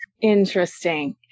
Interesting